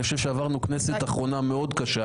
אני חושב שעברנו כנסת אחרונה מאוד קשה